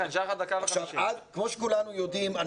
כמו שכולנו יודעים,